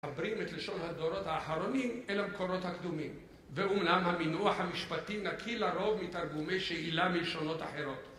מחברים את לשון הדורות האחרונים אל המקורות הקדומים, ואמנם המינוח המשפטי נקי לרוב מתרגומי שאלה מלשונות אחרות